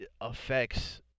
affects